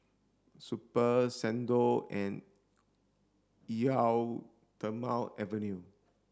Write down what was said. Super Xndo and Eau Thermale Avene